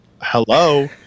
hello